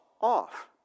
off